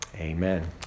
Amen